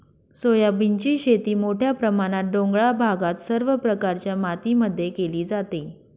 सोयाबीनची शेती मोठ्या प्रमाणात डोंगराळ भागात सर्व प्रकारच्या मातीमध्ये केली जाते